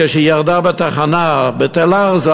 כשהיא ירדה בתחנה בתל-ארזה